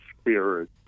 Spirit